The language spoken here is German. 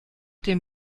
dem